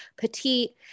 petite